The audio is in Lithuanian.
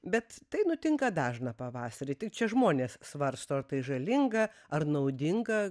bet tai nutinka dažną pavasarį tai čia žmonės svarsto ar tai žalinga ar naudinga